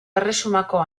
erresumako